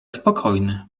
spokojny